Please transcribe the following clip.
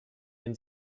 den